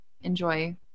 enjoy